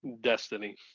Destiny